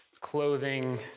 clothing